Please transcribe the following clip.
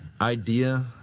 idea